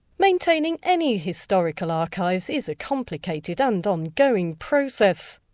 maintaining any historical archives is a complicated and ongoing process.